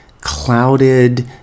clouded